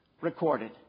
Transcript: recorded